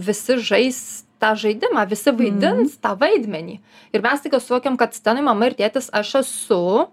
visi žais tą žaidimą visi vaidins tą vaidmenį ir mes staiga suvokiam kad scenoj mama ir tėtis aš esu